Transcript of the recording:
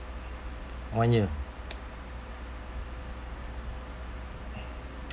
one year